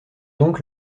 donc